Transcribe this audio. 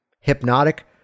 Hypnotic